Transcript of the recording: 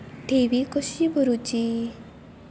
ठेवी कशी भरूची?